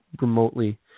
remotely